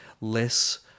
less